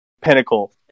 pinnacle